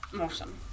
Awesome